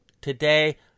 today